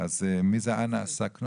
מי זו אנה סנקום?